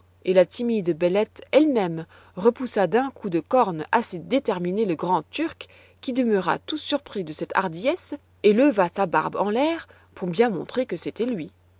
et la timide bellette elle-même repoussa d'un coup de cornes assez déterminé le grand turc qui demeura tout surpris de cette hardiesse et leva sa barbe en l'air pour bien montrer que c'était lui